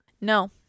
No